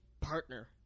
partner